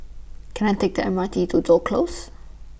Can I Take The M R T to Toh Close